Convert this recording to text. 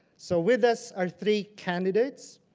so with us are three candidates.